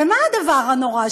ומה הדבר הנורא?